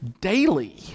daily